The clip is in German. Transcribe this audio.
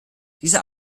dieser